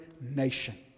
nation